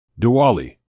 Diwali